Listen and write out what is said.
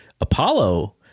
Apollo